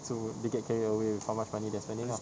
so they get carried away with how much money they're spending lah